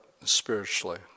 spiritually